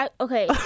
okay